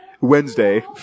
Wednesday